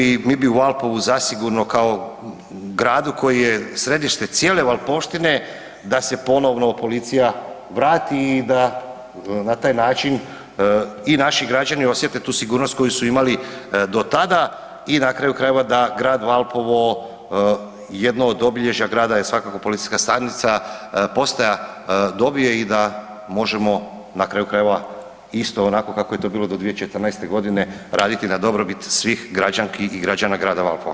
I mi bi u Valpovu zasigurno kao gradu koji je središte cijele Valpovštine da se ponovno policija vrati i da na taj način i naši građani osjete tu sigurnost koju su imali do tada i na kraju krajeva da Grad Valpovo jedno od obilježja grada je svakako policijska stanica, postaja dobije i da možemo na kraju krajeva isto onako kako je to bilo do 2014. godine raditi na dobrobit svih građanki i građana Grada Valpova.